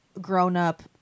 grown-up